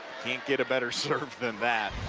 can't get a better serve than that.